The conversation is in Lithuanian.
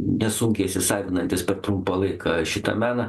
nesunkiai įsisavinantys per trumpą laiką šitą meną